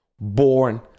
born